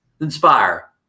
inspire